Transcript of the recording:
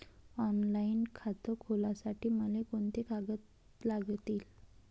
Online खातं खोलासाठी मले कोंते कागद लागतील?